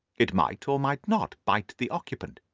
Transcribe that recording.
it might or might not bite the occupant,